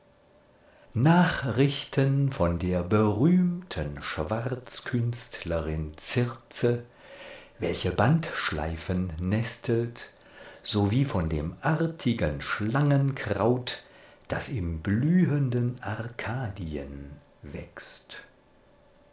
nachrichten von der berühmten schwarzkünstlerin circe welche bandschleifen nestelt sowie von dem artigen schlangenkraut das im blühenden arkadien wächst